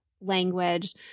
language